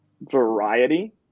variety